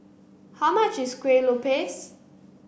how much is Kuih Lopes